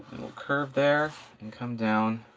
curve there. and come down